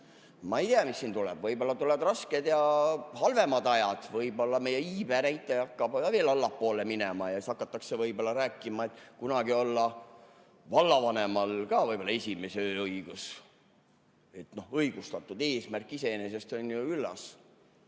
Ma ei tea, mis siin tuleb, võib-olla tulevad rasked ja halvemad ajad, võib-olla meie iibenäitaja hakkab veel allapoole minema ja siis hakatakse rääkima, et kunagi olla vallavanemal ka [olnud] esimese öö õigus. No õigustatud eesmärk, iseenesest on ju üllas.